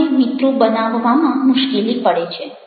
મને મિત્રો બનાવવામાં મુશ્કેલી પડે છે